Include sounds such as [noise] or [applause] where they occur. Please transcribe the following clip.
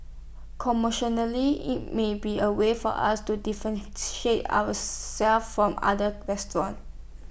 [unintelligible] IT might be A way for us to differentiate ourselves from other restaurants